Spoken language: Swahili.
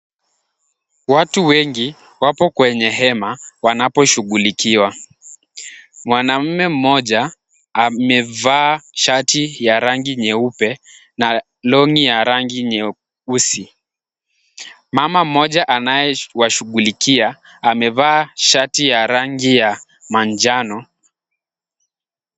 Watu wengi wapo kwenye hema wanaposhughulikiwa. Mwanamume mmoja amevaa shati ya rangi nyeupe na long'i ya rangi nyeusi. Mama mmoja anayewashughulikia, amevaa shati ya rangi ya manjano.